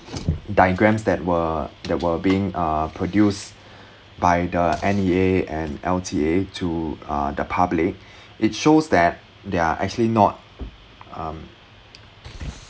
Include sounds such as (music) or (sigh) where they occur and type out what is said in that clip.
diagrams that were that were being uh produced (breath) by the N_E_A and L_T_A to uh the public (breath) it shows that they're actually not um